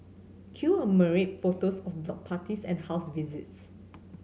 cue a myriad photos of block parties and house visits